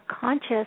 conscious